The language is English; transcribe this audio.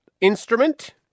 Instrument